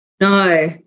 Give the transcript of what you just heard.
No